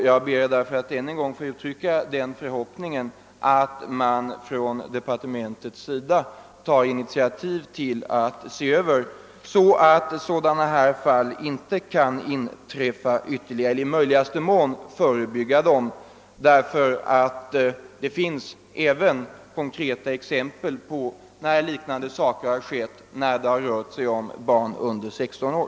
Jag ber därför att än en gång få uttrycka den förhoppningen att man inom departementet tar initiativ för att se över reglerna, så att några ytterligare sådana händelser inte kan inträffa. Det finns konkreta exempel på att liknande fall har förekommit i fråga om barn under 16 år.